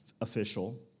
official